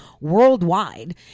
worldwide